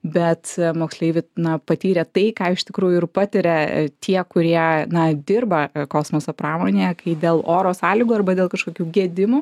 bet moksleiviai na patyrė tai ką iš tikrųjų ir patiria tie kurie na dirba kosmoso pramonėje kai dėl oro sąlygų arba dėl kažkokių gedimų